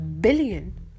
billion